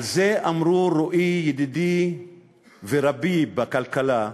על זה אמרו, רועי, ידידי ורבי בכלכלה,